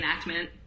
reenactment